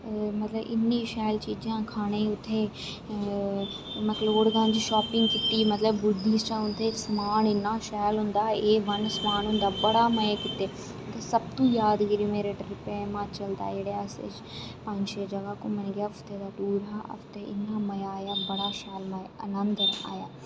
मतलब इन्नी शैल चीजां खाने गी उत्थें मकलोडगंज शापिंग कीती मतलब बुधिस्ट होंदे ते इन्ना शैल समान होंदा ए बन समान होंदा बड़े मजे कीते ते सब तो जादगिरी मेरी ट्रिप ऐ हिमाचल दे जेह्ड़े अस पंज छे जगह् घूमने गी गे उत्थें हफ्ते दा टूर हा इन्ना मजा आया बड़ा शैल आनंद आया